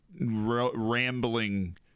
rambling